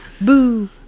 Boo